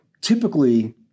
typically